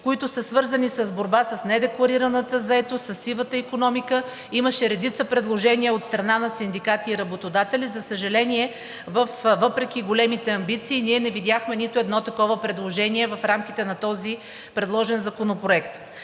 които са свързани с борба с недекларираната заетост, със сивата икономика. Имаше редица предложения от страна на синдикати и работодатели. За съжаление, въпреки големите амбиции ние не видяхме нито едно такова предложение в рамките на този предложен законопроект.